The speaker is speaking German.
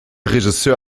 regisseur